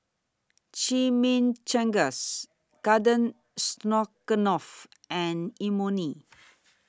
Chimichangas Garden Stroganoff and Imoni